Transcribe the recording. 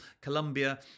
Colombia